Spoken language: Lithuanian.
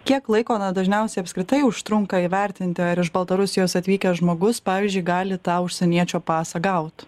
kiek laiko dažniausiai apskritai užtrunka įvertinti ar iš baltarusijos atvykęs žmogus pavyzdžiui gali tą užsieniečio pasą gaut